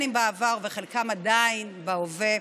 גם מהעבר, וחלקם עדיין בהווה,